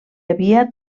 havia